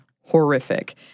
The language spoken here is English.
horrific